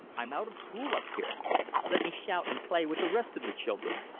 i'm out of school up here let me shout and play with the rest of the children.